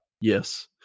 Yes